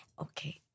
Okay